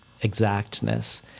exactness